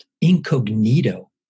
incognito